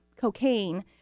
cocaine